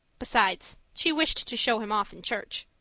besides she wished to show him off in church.